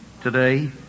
today